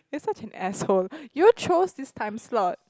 you're such an asshole you chose this time slot